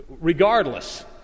regardless